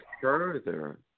further